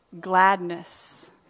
gladness